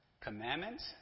commandments